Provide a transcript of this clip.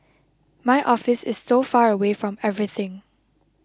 my office is so far away from everything